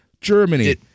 Germany